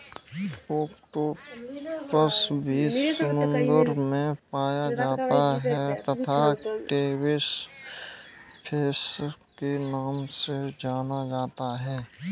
octopus भी समुद्र में पाया जाता है तथा डेविस फिश के नाम से जाना जाता है